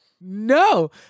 no